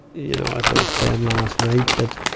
you know, as i was saying last night, that